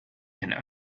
and